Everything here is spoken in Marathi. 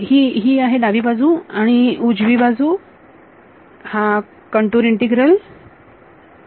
ही आहे डावी बाजू आणि उजवी बाजू हा कंटूर इंटिग्रल ओके